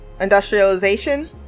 industrialization